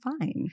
fine